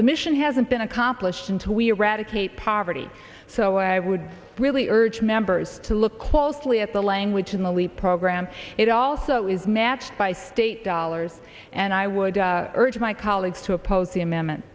the mission hasn't been accomplished and to eradicate poverty so i would really urge members to look closely at the language in the we program it also is matched by state dollars and i would urge my colleagues to oppose the amendment